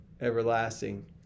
everlasting